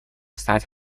стать